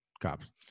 cops